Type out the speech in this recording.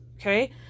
okay